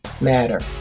matter